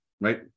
right